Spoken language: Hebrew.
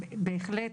בהחלט.